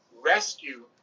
rescue